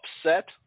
upset